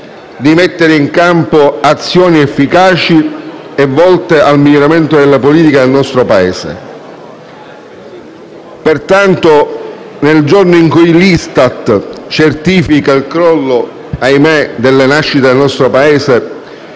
di mettere in campo azioni efficaci e volte al miglioramento della politica del nostro Paese. Pertanto, nel giorno in cui l'ISTAT certifica il crollo - ahimè - delle nascite nel nostro Paese,